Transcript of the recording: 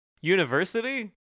university